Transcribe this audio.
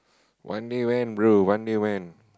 one day when bro one day when